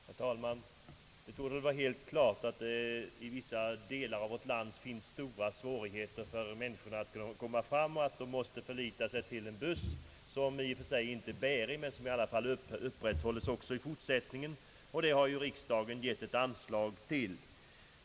Herr talman! Det torde vara helt klart att det i vissa delar av vårt land finns stora svårigheter för människorna att ta sig fram, och att de därför måste anlita en busslinje, som kanske inte bär sig men som ändå upprätthålles. Det har riksdagen givit ett anslag till.